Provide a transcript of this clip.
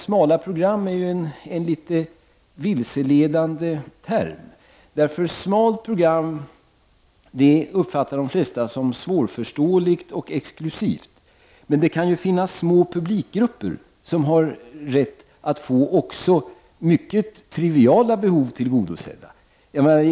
Smala program är en litet vilseledande term. Ett smalt program uppfattar de flesta som någonting svårförståeligt och exklusivt. Men det kan finnas små publikgrupper som har rätt att få också mycket triviala behov tillgodosedda.